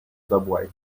subway